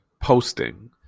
posting